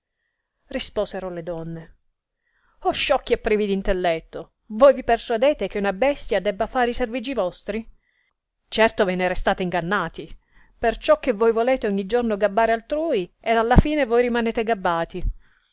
risposero le donne oh sciocchi e privi d intelletto voi vi persuadete che una bestia debba far i servigi vostri certo ve ne restate ingannati perciò che voi volete ogni giorno gabbare altrui ed alla fine voi rimanete gabbati